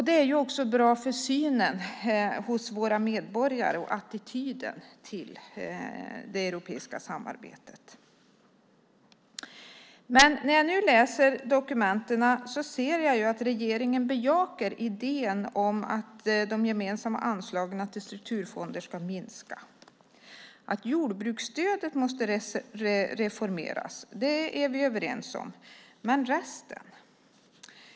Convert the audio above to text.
Det är bra också när det gäller våra medborgares syn på och attityd till det europeiska samarbetet. Men när jag nu läser de olika dokumenten ser jag att regeringen bejakar idén om att de gemensamma anslagen till strukturfonder ska minska. Att jordbruksstödet måste reformeras är vi överens om. Men hur är det med resten?